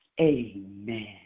Amen